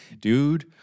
dude